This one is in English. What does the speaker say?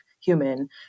human